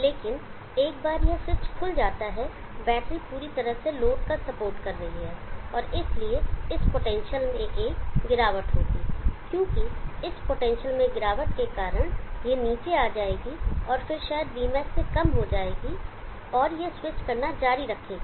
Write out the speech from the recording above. लेकिन एक बार यह स्विच खुल जाता है बैटरी पूरी तरह से लोड का सपोर्ट कर रही है और इसलिए इस पोटेंशियल में एक गिरावट होगी क्योंकि इस पोटेंशियल में गिरावट के कारण यह नीचे आ जाएगी और फिर शायद vmax से कम हो जाएगी और यह स्विच करना जारी रखेगा